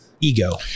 ego